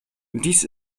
dies